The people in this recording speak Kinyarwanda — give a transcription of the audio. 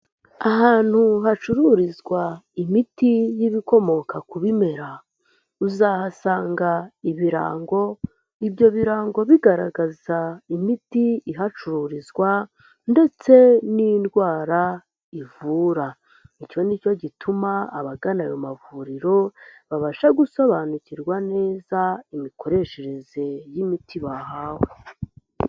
Ahantu hacururizwa imiti y'ibikomoka ku bimera, uzahasanga ibirango, ibyo birango bigaragaza imiti ihacururizwa, ndetse n'indwara ivura, icyo ni cyo gituma abagana ayo mavuriro, babasha gusobanukirwa neza imikoreshereze y'imiti bahawe.